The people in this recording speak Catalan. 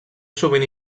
sovint